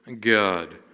God